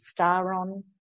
Staron